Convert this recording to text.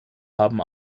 haben